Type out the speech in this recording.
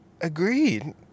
agreed